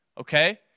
okay